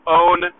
own